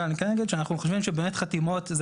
אבל אני כן אגיד שאנחנו חושבים שבאמת חתימות זה